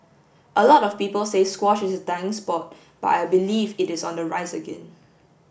a lot of people say squash is a dying sport but I believe it is on the rise again